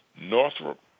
Northrop